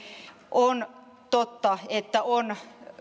on totta että